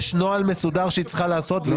יש נוהל מסודר שהיא צריכה לעשות והיא